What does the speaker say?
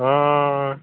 हां